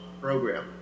program